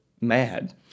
mad